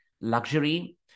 luxury